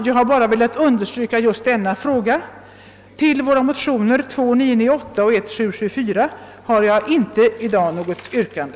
Jag har bara velat understryka betydelsen av just denna fråga. I anledning av våra motioner 1: 774 och II:998 kommer jag i dag inte att framställa något yrkande.